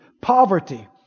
Poverty